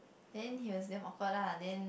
then he was damn awkward lah then